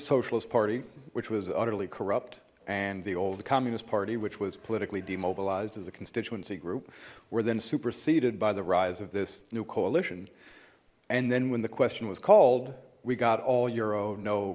socialist party which was utterly corrupt and the old communist party which was politically demobilized as a constituency group were then superseded by the rise of this new coalition and then when the question was called we got all euro no